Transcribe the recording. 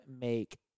make